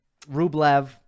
Rublev